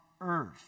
earth